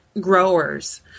growers